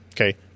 Okay